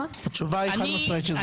התשובה היא חד משמעית שזה יפגע.